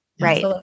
Right